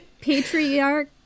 Patriarch